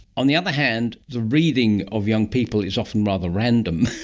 on the other hand, the reading of young people is often rather random,